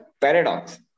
paradox